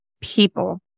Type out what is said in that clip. people